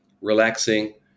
relaxing